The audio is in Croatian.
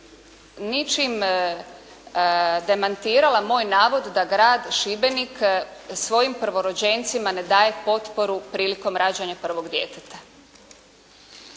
ničim demantirala moj navod da grad Šibenik svojim prvorođencima ne daje potporu prilikom rađanja prvog djeteta.